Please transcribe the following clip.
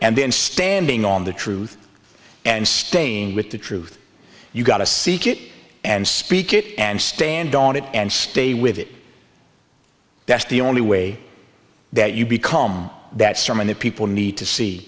and then standing on the truth and staying with the truth you've got to seek it and speak it and stand on it and stay with it that's the only way that you become that sermon that people need to see